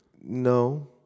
No